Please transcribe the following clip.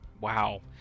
Wow